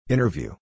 Interview